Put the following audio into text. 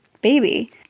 baby